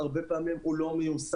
הרבה פעמים הוא לא מיושם.